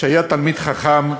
שהיה תלמיד חכם,